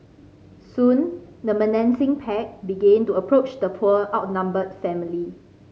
soon the menacing pack began to approach the poor outnumbered family